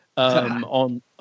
On